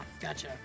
gotcha